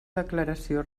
declaració